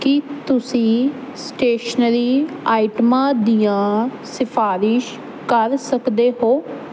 ਕੀ ਤੁਸੀ ਸਟੇਸ਼ਨਰੀ ਆਈਟਮਾਂ ਦੀਆਂ ਸਿਫਾਰਸ਼ ਕਰ ਸਕਦੇ ਹੋ